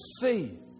see